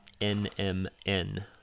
NMN